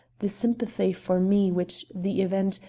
the sympathy for me which the event,